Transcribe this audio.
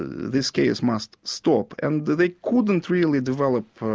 this case must stop and they couldn't really develop